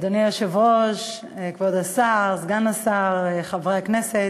אדוני היושב-ראש, כבוד השר, סגן השר, חברי הכנסת,